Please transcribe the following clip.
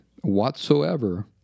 whatsoever